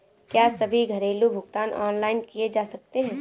क्या सभी घरेलू भुगतान ऑनलाइन किए जा सकते हैं?